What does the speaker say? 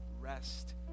rest